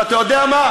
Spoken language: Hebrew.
ואתה יודע מה,